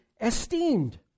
esteemed